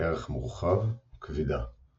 ערך מורחב – כבידה